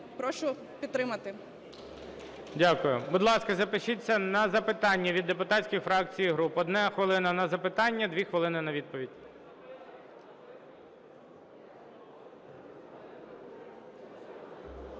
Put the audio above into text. Прошу підтримати. ГОЛОВУЮЧИЙ. Дякую. Будь ласка, запишіться на запитання від депутатських фракцій і груп: одна хвилина - на запитання, дві хвилини - на відповіді.